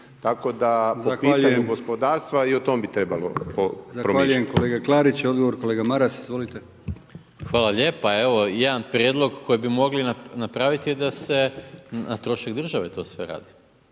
Tako da po pitanju gospodarstva i o tom bi trebalo promisliti. **Brkić, Milijan (HDZ)** Zahvaljujem kolega Klarić. Odgovor kolega Maras. Izvolite. **Maras, Gordan (SDP)** Hvala lijepa. Evo jedan prijedlog koji bi mogli napraviti je da se na trošak države to sve radi.